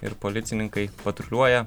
ir policininkai patruliuoja